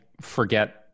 forget